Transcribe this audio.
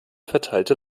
verteilte